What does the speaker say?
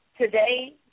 today